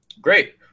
Great